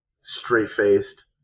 straight-faced